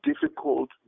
difficult